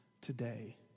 today